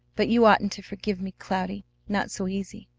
but you oughtn't to forgive me, cloudy, not so easy.